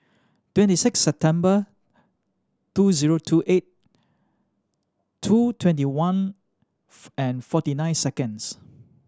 twenty six September two zero two eight two twenty one and forty nine seconds